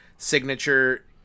Signature